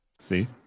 See